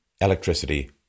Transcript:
electricity